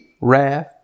wrath